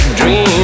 dream